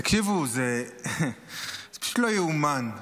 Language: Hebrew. תקשיבו, זה פשוט לא ייאמן.